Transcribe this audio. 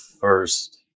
first